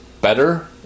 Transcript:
better